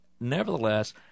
nevertheless